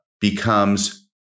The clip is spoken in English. becomes